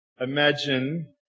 Imagine